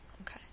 Okay